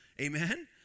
Amen